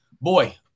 boy